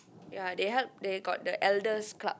they help they got the elders' club